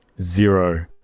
zero